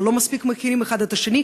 אנחנו לא מכירים מספיק האחד את השני,